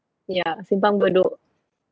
ya simpang bedok